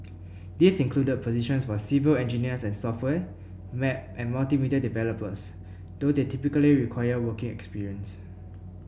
these included positions for civil engineers and software web and multimedia developers though they typically required working experience